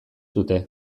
dute